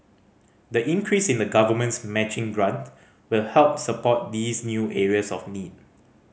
the increase in the Government's matching grant will help support these new areas of need